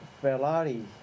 Ferrari